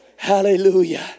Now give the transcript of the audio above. Hallelujah